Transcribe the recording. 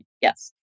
Yes